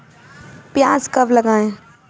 प्याज कब लगाएँ?